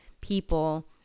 people